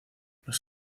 los